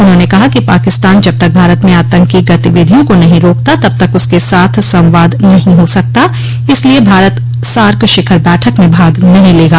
उन्होंने कहा कि पाकिस्तान जब तक भारत में आतंकी गतिविधियों को नहीं रोकता तब तक उसके साथ संवाद नहीं हो सकता इसलिए भारत सार्क शिखर बैठक में भाग नहीं लेगा